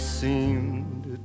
seemed